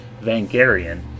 Vangarian